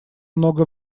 много